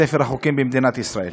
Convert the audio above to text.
בספר החוקים של מדינת ישראל.